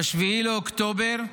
ב-7 באוקטובר,